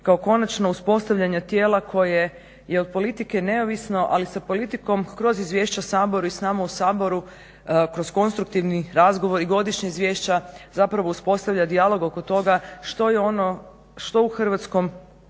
kao konačno uspostavljanje tijela koje je od politike neovisno ali sa politikom kroz izvješća Saboru i s nama u Saboru, kroz konstruktivni razgovor i godišnja izvješća zapravo uspostavlja dijalog oko toga što je ono što u hrvatskom,